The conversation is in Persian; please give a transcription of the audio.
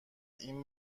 این